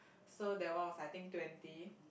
so that one was I think twenty